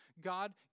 God